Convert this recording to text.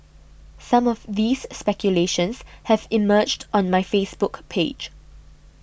some of these speculations have emerged on my Facebook page